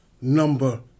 number